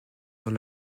dans